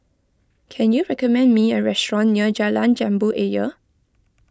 can you recommend me a restaurant near Jalan Jambu Ayer